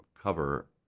cover